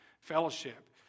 fellowship